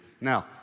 Now